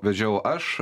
vedžiau aš